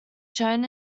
shown